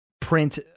print